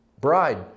bride